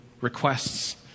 requests